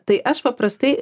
tai aš paprastai